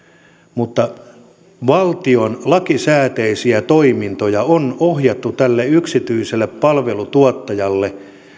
mutta valtion lakisääteisiä toimintoja on ohjattu tälle yksityiselle palvelutuottajalle